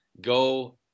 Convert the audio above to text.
go